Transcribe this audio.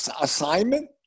assignment